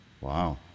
Wow